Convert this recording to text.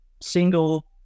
single